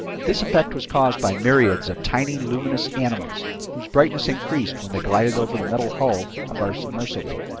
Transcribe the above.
this effect was caused by myriads of tiny, luminous animals whose brightness increased when they glided over the metal hull of our submersible.